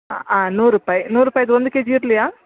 ಹಾಂ ನೂರು ರೂಪಾಯಿ ನೂರು ರೂಪಾಯಿದು ಒಂದು ಕೆ ಜಿ ಇರ್ಲಿಯ